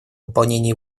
выполнении